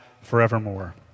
forevermore